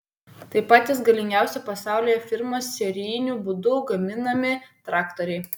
tai patys galingiausi pasaulyje firmos serijiniu būdu gaminami traktoriai